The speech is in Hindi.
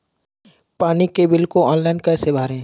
पानी के बिल को ऑनलाइन कैसे भरें?